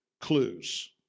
clues